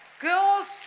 Girls